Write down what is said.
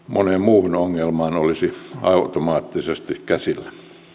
moneen muuhun ongelmaan olisi automaattisesti käsillä